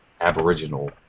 Aboriginal